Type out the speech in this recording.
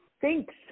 Thanks